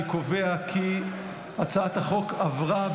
אני קובע כי הצעת החוק עברה,